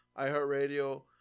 iHeartRadio